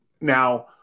Now